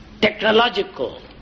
technological